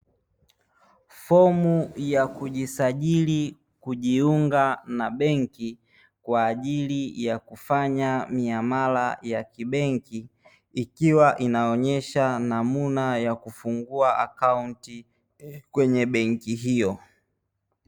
Fomu ya kujisajili, kujiunga na benki kwa ajili ya kufanya miamala ya kibenki ikiwa inaonyesha namna ya kufungua akaunti kwenye benki hiyo.